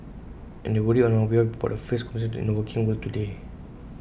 and they worry on our behalf about the fierce competition in the working world today